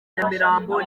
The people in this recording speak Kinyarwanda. nyamirambo